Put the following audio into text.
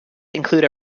include